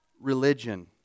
religion